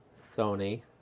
Sony